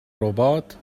ربات